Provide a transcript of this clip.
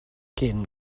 cyn